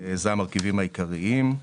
אלה המרכיבים העיקריים.